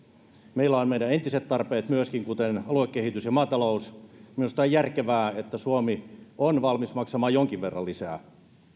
meillä on meidän entiset tarpeet myöskin kuten aluekehitys ja maatalous minusta on järkevää että suomi on valmis maksamaan jonkin verran lisää